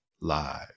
live